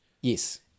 Yes